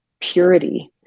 purity